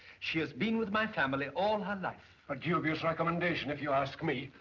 she's been with my family all her life. a dubious recommendation if you ask me.